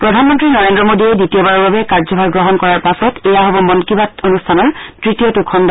প্ৰধানমন্ত্ৰী নৰেন্দ্ৰ মোডীয়ে দ্বিতীয়বাৰৰ বাবে কাৰ্যভাৰ গ্ৰহণ কৰাৰ পাছত এয়া হ'ব মন কি বাত অনুষ্ঠানৰ তৃতীয়টো খণ্ড